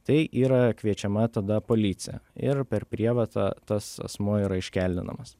tai yra kviečiama tada policija ir per prievartą tas asmuo yra iškeldinamas